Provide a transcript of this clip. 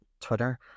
Twitter